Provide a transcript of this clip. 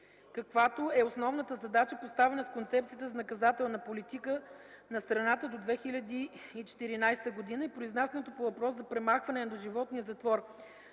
каквато е основната задача, поставена с Концепцията за наказателна политика на страната до 2014 г. Произнасянето по въпроса за премахване на доживотния затвор,